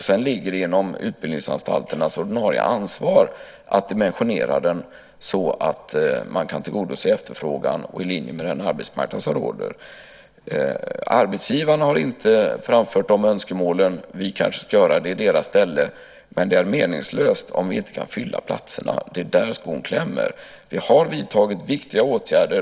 Sedan ligger det inom utbildningsanstalternas ordinarie ansvar att dimensionera den så att man kan tillgodose efterfrågan i linje med den arbetsmarknad som råder. Arbetsgivarna har inte framfört de här önskemålen. Vi kanske ska göra det i deras ställe. Men det är meningslöst om vi inte kan fylla platserna. Det är där skon klämmer. Vi har vidtagit viktiga åtgärder.